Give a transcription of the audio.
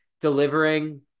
delivering